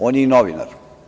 On je i novinar.